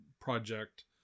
project